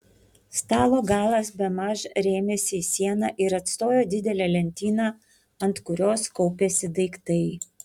stalo galas bemaž rėmėsi į sieną ir atstojo didelę lentyną ant kurios kaupėsi daiktai